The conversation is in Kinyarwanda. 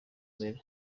mbere